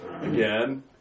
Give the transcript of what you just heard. again